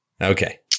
Okay